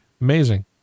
amazing